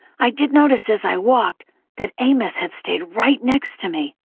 i did notice as i walked that amos had stayed right next to me.